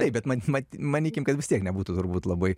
taip bet man mat manykim kad vis tiek nebūtų turbūt labai